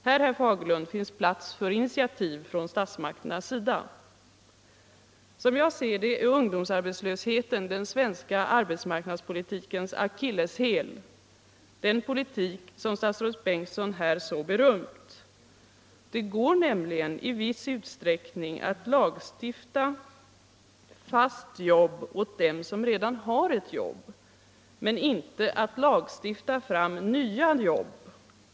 Här, herr Fagerlund, finns plats för initiativ från statsmakternas sida. Som jag ser det är ungdomsarbetslösheten den svenska arbetsmark . nadspolitikens akilleshäl. Det gäller den politik som statsrådet Bengtsson här så berömt. Det går nämligen i viss utsträckning att lagstifta om fast jobb åt dem som redan har ett jobb men inte att lagstifta fram nya jobb.